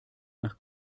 nach